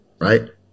right